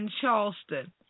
Charleston